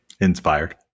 Inspired